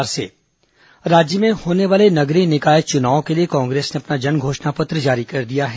कांग्रेस घोषणा पत्र राज्य में होने वाले नगरीय निकाय चुनाव के लिए कांग्रेस ने अपना जन घोषणा पत्र जारी कर दिया है